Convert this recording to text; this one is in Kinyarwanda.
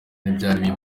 ntibyari